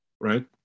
right